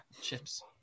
chips